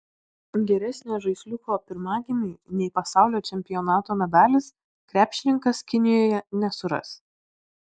geresnio žaisliuko pirmagimiui nei pasaulio čempionato medalis krepšininkas kinijoje nesuras